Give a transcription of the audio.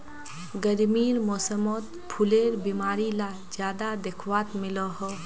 गर्मीर मौसमोत फुलेर बीमारी ला ज्यादा दखवात मिलोह